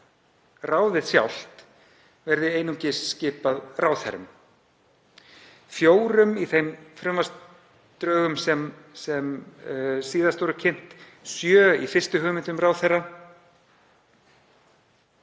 ráðið sjálft verði einungis skipað ráðherrum, fjórum í þeim frumvarpsdrögum sem síðast voru kynnt, sjö í fyrstu hugmyndum ráðherra.